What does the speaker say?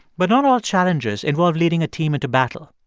but not all challenges involve leading a team into battle.